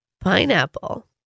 pineapple